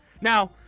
Now